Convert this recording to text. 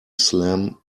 slam